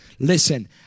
Listen